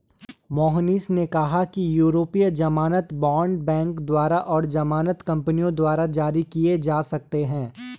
मोहनीश ने कहा कि यूरोपीय ज़मानत बॉण्ड बैंकों और ज़मानत कंपनियों द्वारा जारी किए जा सकते हैं